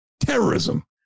terrorism